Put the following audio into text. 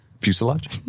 fuselage